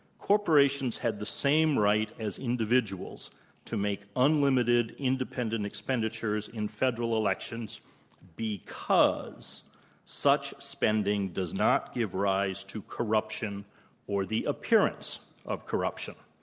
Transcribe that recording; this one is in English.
corporations had the same right as individuals to make unlimited, independent expenditures in federal elections because such spending does not give rise to corruption or the appearance of corruption.